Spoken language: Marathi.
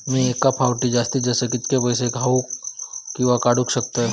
मी एका फाउटी जास्तीत जास्त कितके पैसे घालूक किवा काडूक शकतय?